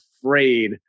afraid